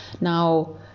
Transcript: now